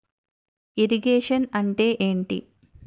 Irrigation అంటే ఏంటీ?